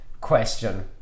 question